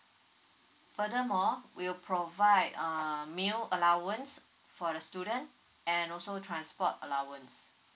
furthermore we'll provide uh meal allowance for the student and also transport allowance